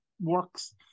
works